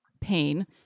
pain